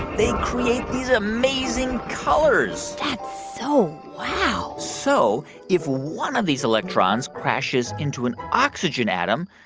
they create these amazing colors that's so wow so if one of these electrons crashes into an oxygen atom,